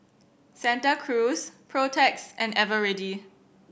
Santa Cruz Protex and Eveready